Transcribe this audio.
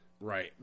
right